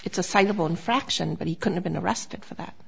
it's a sizable infraction but he could have been arrested for that